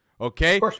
okay